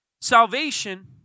salvation